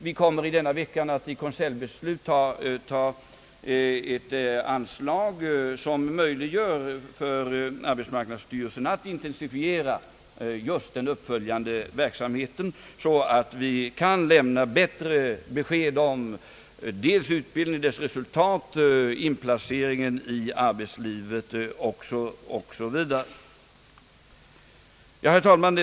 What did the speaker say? Vi kommer i denna vecka att i konselj besluta om anslag som möjliggör för arbetsmarknadsstyrelsen att intensifiera just den uppföljande verksamheten så att vi kan lämna bättre besked om utbildningens resultat, inplaceringen i arbetslivet osv. Herr talman!